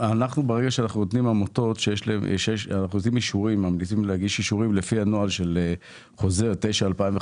ברגע שאנחנו נותנים אישורים לפי הנוהל של חוזר 9-2015,